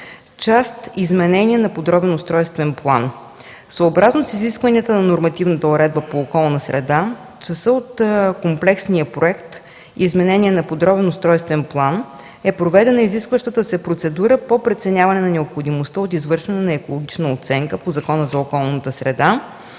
част „Изменение на подробния устройствен план”. Съобразно изискванията на нормативната уредба по околна среда по частта от комплексния проект „Изменение на подробния устройствен план” е проведена изискващата се процедура по преценяване на необходимостта от извършване на екологична оценка по Закона за околната среда